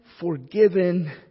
forgiven